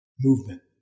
movement